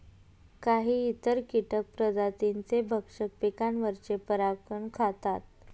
काही इतर कीटक प्रजातींचे भक्षक पिकांवरचे परागकण खातात